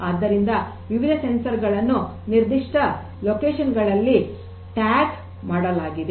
ಆದ್ದರಿಂದ ವಿವಿಧ ಸಂವೇದಕಗಳನ್ನು ನಿರ್ದಿಷ್ಟ ಸ್ಥಳದಲ್ಲಿ ಟ್ಯಾಗ್ ಮಾಡಲಾಗಿದೆ